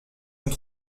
nous